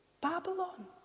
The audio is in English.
Babylon